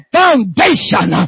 foundation